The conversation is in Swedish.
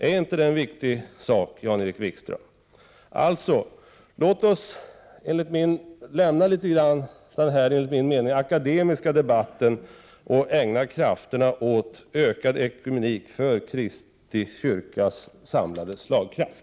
Är inte detta viktigt, Jan-Erik Wikström? Låt oss lämna denna, enligt min mening, akademiska debatt och ägna krafter åt ökad ekumenik för Kristi kyrkas samlade slagkraft.